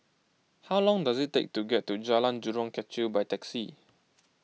how long does it take to get to Jalan Jurong Kechil by taxi